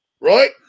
right